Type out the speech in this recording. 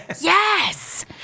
Yes